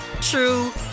true